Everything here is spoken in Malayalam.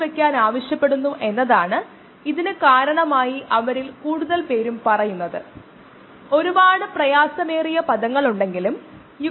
ഒടുവിൽ നമ്മൾ തൈര് നിർമ്മാണം നോക്കി തൈര് നിർമ്മാണവും ഒരു ബയോപ്രോസസ് ആണെന്ന് പറഞ്ഞു